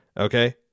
Okay